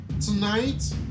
tonight